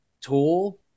tool